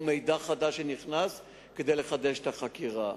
או מידע חדש שנכנס כדי לחדש את החקירה.